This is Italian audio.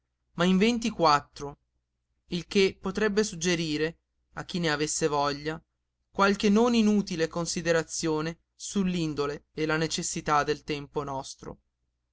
ma in ventiquattro il che potrebbe suggerire a chi ne avesse veglia qualche non inutile considerazione sull'indole e le necessità del tempo nostro